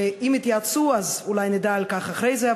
ואם התייעצו אז אולי נדע על כך אחרי זה,